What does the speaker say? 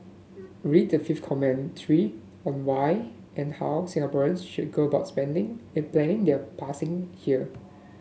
read the fifth commentary on why and how Singaporeans should go about spending planning their passing here